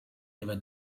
never